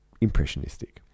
Impressionistic